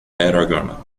tarragona